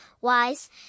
wise